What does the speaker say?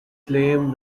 claimed